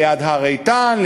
ליד הר-איתן,